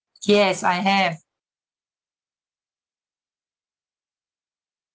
yes I have